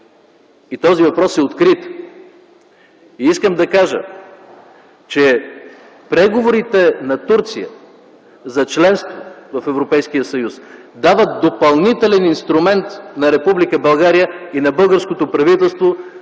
И този въпрос е открит. Искам да кажа, че преговорите на Турция за членство в Европейския съюз дават допълнителен инструмент на Република България и на българското правителство